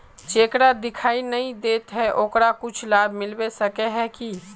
जेकरा दिखाय नय दे है ओकरा कुछ लाभ मिलबे सके है की?